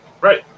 right